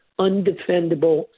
undefendable